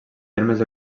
termes